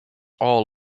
all